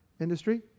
industry